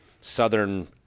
southern